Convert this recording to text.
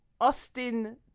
Austin